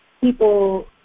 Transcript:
people